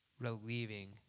relieving